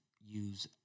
use